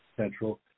Central